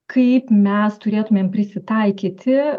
kaip mes turėtumėm prisitaikyti